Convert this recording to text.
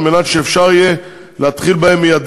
על מנת שאפשר יהיה להתחיל בהם מייד,